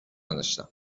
نداشتم